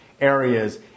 areas